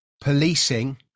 policing